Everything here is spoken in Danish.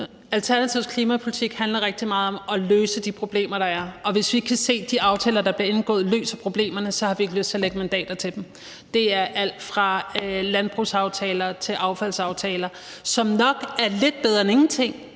Alternativets klimapolitik handler rigtig meget om at løse de problemer, der er, og hvis vi ikke kan se, at de aftaler, der bliver indgået, løser problemerne, har vi ikke lyst til at lægge mandater til dem. Det gælder alt fra landbrugsaftaler til affaldsaftaler, som nok er lidt bedre end ingenting,